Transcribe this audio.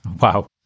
Wow